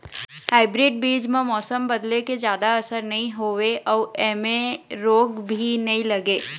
hybrid बीज म मौसम बदले के जादा असर नई होवे अऊ ऐमें रोग भी नई लगे